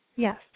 Yes